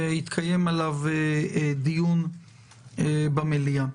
ויתקיים עליו דיון במליאה.